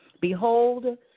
Behold